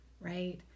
right